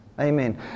Amen